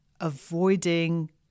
avoiding